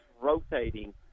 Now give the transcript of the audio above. rotating